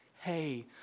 hey